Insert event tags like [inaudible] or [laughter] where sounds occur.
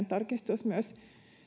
[unintelligible] tarkistus myös